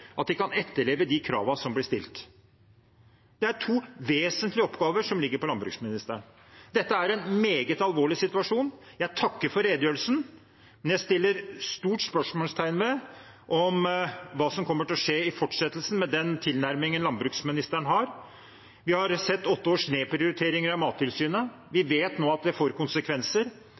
at de kan etterleve de kravene som blir stilt. Det er to vesentlige oppgaver som ligger på landbruksministeren. Dette er en meget alvorlig situasjon. Jeg takker for redegjørelsen, men jeg setter et stort spørsmålstegn ved hva som kommer til å skje i fortsettelsen med den tilnærmingen landbruksministeren har. Vi har sett åtte års nedprioritering av Mattilsynet. Vi vet nå at det får konsekvenser.